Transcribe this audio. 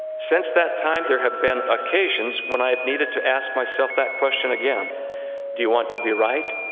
since that time there have been occasions when i have needed to ask myself that question again do you want to be right,